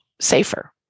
safer